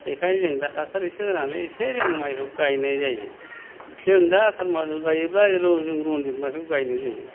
बेखायनो जों दा हासार एसे होनानै एसे जों माइखौ गायनाय जायो जों दा आसार मासआव गायोब्ला जों रन्जित माइखौ गायनाय जायो